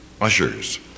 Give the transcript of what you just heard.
ushers